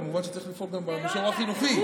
כמובן שצריך לפעול גם במישור החינוכי,